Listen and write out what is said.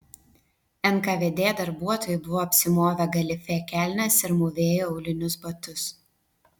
nkvd darbuotojai buvo apsimovę galifė kelnes ir mūvėjo aulinius batus